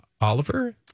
Oliver